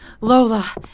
Lola